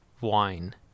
wine